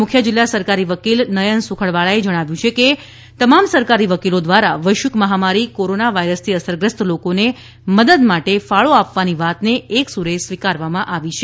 મુખ્ય જિલ્લા સરકારી વકીલ નયન સુખડવાળાએ જણાવ્યું કે તમામ સરકારી વકીલો દ્વારા વૈશ્વિક મહામારી કોરોના વાયરસથી અસરગ્રસ્તોને મદદ માટે ફાળો આપવાની વાતને એકસૂરે સ્વીકારવામાં આવી છે